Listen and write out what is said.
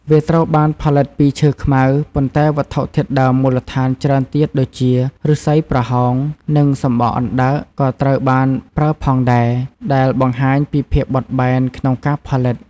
វាត្រូវបានផលិតពីឈើខ្មៅ ប៉ុន្តែវត្ថុធាតុដើមមូលដ្ឋានច្រើនទៀតដូចជា ឫស្សីប្រហោង និងសំបកអណ្តើក ក៏ត្រូវបានប្រើផងដែរ ដែលបង្ហាញពីភាពបត់បែនក្នុងការផលិត។